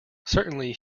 certainly